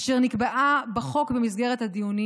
אשר נקבעה בחוק במסגרת הדיונים,